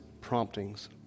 promptings